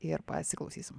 ir pasiklausysim